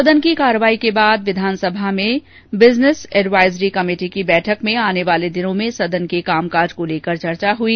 सदन की कार्यवाही के बाद विधानसभा में बिजनेस एडवाइजरी कमेटी की बैठक में आने वाले दिनों में सदन के कामकाज को लेकर चर्चा हुई